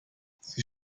sie